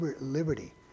liberty